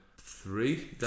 three